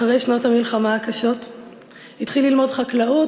אחרי שנות המלחמה הקשות התחיל ללמוד חקלאות